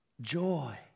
joy